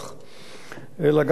אלא גם המערכת הממשלתית.